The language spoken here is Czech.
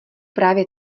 právě